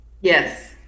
Yes